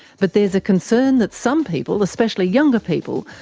but there's a concern that some people, especially younger people,